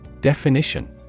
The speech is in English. Definition